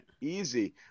Easy